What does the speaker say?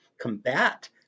combat